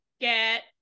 get